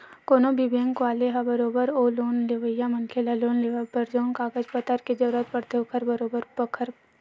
कोनो भी बेंक वाले ह बरोबर ओ लोन लेवइया मनखे ल लोन लेवब बर जउन कागज पतर के जरुरत पड़थे ओखर बरोबर परख करथे